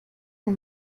del